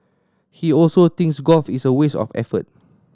he also thinks golf is a waste of effort